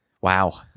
Wow